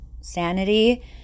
sanity